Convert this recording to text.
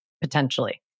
potentially